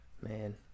Man